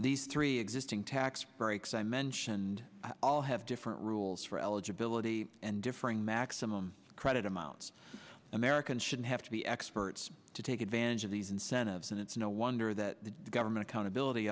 these three existing tax breaks i mentioned all have different rules for eligibility and differing maximum credit amounts americans should have to be experts to take advantage of these incentives and it's no wonder that the government accountability